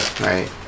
right